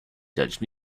judge